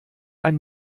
ein